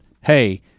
Hey